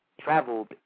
traveled